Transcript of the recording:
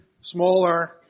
smaller